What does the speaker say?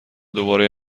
دوباره